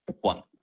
One